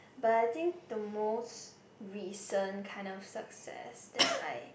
but I think the most recent kind of success that I